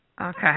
Okay